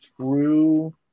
true